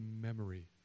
memory